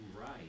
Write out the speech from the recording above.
right